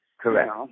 Correct